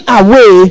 away